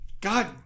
God